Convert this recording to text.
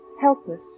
helpless